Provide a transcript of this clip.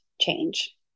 change